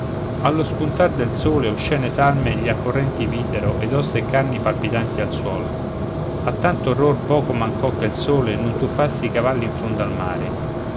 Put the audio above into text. allo spuntar del sol oscene salme gli accorrenti videro ed ossa e carni palpitanti al suol a tanto orror poco mancò che il sole non tuffasse i cavalli in fondo al mare